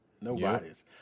Nobody's